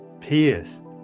pierced